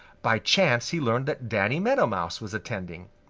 by chance he learned that danny meadow mouse was attending.